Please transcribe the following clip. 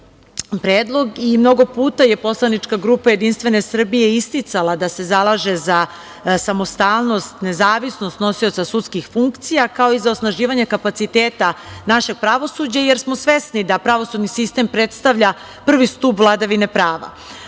puta je poslanička Jedinstvene Srbije isticala da se zalaže za samostalnost, nezavisnost nosioca sudskih funkcija, kao i za osnaživanje kapaciteta našeg pravosuđa, jer smo svesni da pravosudni sistem predstavlja prvi stub vladavine prava. Što